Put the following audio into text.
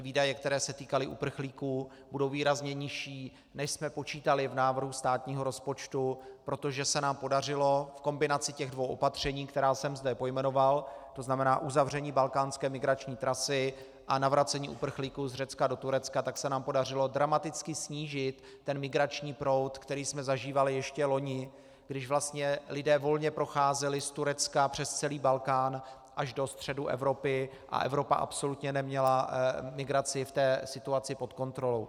Výdaje, které se týkaly uprchlíků, budou výrazně nižší, než jsme počítali v návrhu státního rozpočtu, protože se nám podařilo v kombinaci těch dvou opatření, která jsem zde pojmenoval, tzn. uzavření balkánské migrační trasy a navracení uprchlíků z Řecka do Turecka, tak se nám podařilo dramaticky snížit migrační proud, který jsme zažívali ještě loni, když lidé volně procházeli z Turecka přes celý Balkán až do středu Evropy a Evropa absolutně neměla migraci v té situaci pod kontrolou.